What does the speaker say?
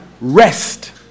rest